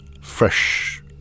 fresh